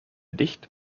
dicht